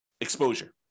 exposure